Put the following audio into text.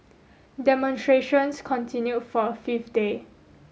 demonstrations continued for a fifth day